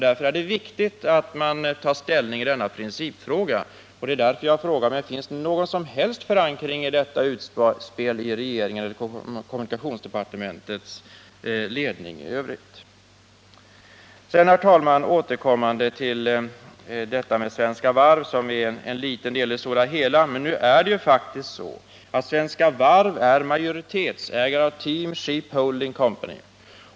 Därför är det viktigt att man tar ställning i denna principfråga. Därför frågar jag mig: Finns det någon som helst förankring i detta utspel från regeringen eller från kommunikationsdepartementets ledning i övrigt? Sedan, herr talman, återkommer jag till frågan om Svenska Varv, som ären liten del av det stora hela. Nu är det faktiskt så att Svenska Varv är majoritetsägare av Team Ship Holding Co.